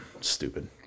Stupid